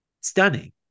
stunning